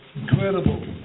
Incredible